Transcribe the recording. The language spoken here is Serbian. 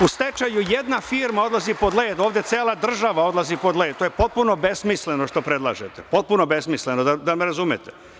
U stečaju jedna firma odlazi pod led, ovde cela država odlazi pod led, to je potpuno besmisleno što predlažete, potpuno besmisleno, da me razumete.